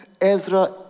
Ezra